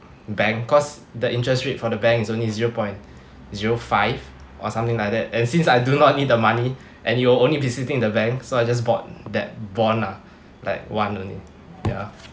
bank cause the interest rate from the bank is only zero point zero five or something like that and since I do not need the money and it will only be sitting in the bank so I just bought that bond lah like one only ya